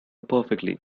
perfectly